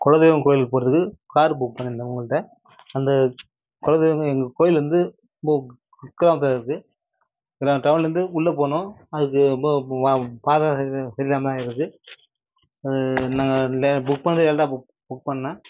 குலதெய்வம் கோயிலுக்கு போகிறதுக்கு காரு புக் பண்ணியிருந்தேன் உங்கள்கிட்ட அந்த குலதெய்வம் எங்கள் கோயில் வந்து ரொம்ப குக்கிராமத்தில் இருக்குது நாங்கள் டவுனில் இருந்து உள்ளே போகணும் அதுக்கு ரொம்ப பா பா பாதை சரியில் சரியில்லாமல் இருக்குது அது நாங்கள் லெ புக் பண்ணிணது லேட்டாக புக் புக் பண்ணிணேன்